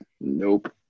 Nope